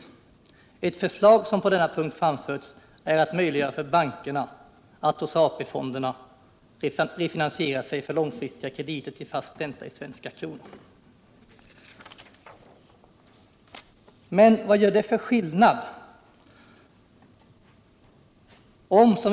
Ett förslag som på denna punkt framförts är att möjliggöra för bankerna att hos AP-fonden refinansiera sig för långfristiga krediter till fast ränta i svenska kronor.” Men vad gör det för skillnad?